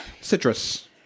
Citrus